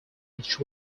which